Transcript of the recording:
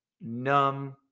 numb